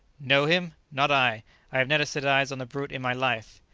know him? not i! i have never set eyes on the brute in my life.